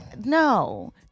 No